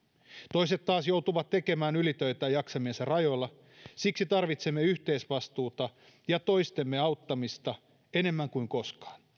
toiset taas joutuvat tekemään ylitöitä jaksamisen rajoilla siksi tarvitsemme yhteisvastuuta ja toistemme auttamista enemmän kuin koskaan